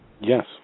Yes